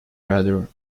rather